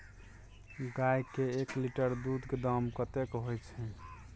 गाय के एक लीटर दूध के दाम कतेक होय छै?